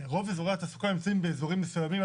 רוב אזורי התעסוקה נמצאים באזורים מסוימים,